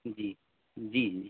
जी जी जी